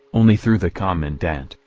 only through the commandant,